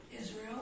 Israel